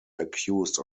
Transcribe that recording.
accused